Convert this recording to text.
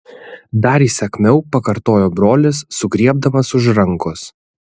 dar įsakmiau pakartojo brolis sugriebdamas už rankos